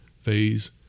phase